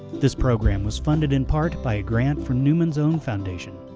this program was funded in part by a grant from newman's own foundation,